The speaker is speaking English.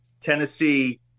Tennessee